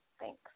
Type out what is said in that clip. Thanks